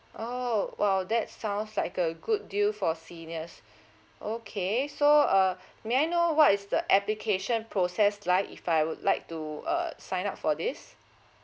oh !wow! that sounds like a good deal for seniors okay so uh may I know what is the application process like if I would like to uh sign up for this